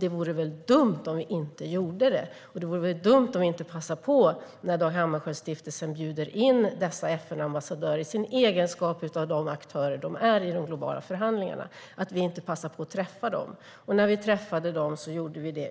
Det vore dumt om vi inte gjorde det. Och när Dag Hammarskjöldfonden bjuder in dessa FN-ambassadörer i deras egenskap av aktörer i de globala förhandlingarna vore det dumt om vi inte passade på att träffa dem. Vi träffade dem